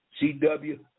CW